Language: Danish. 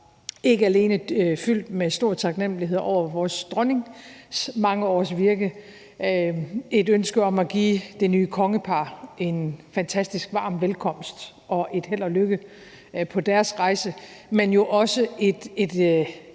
ikke alene et folk fyldt med stor taknemlighed over vores dronnings mange års virke og et ønske om at give det nye kongepar en fantastisk varm velkomst og et held og lykke på deres rejse, men jo også et